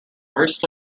first